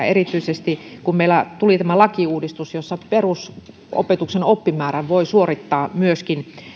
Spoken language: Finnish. erityisesti kun meillä tuli tämä lakiuudistus jossa perusopetuksen oppimäärän voi suorittaa myöskin